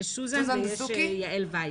דסוקי.